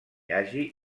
hagi